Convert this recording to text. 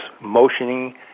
motioning